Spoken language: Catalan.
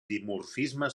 dimorfisme